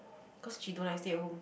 cause she don't like stay at home